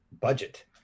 budget